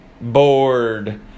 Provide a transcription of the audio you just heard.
bored